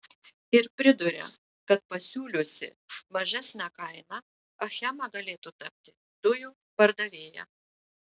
ir priduria kad pasiūliusi mažesnę kainą achema galėtų tapti dujų pardavėja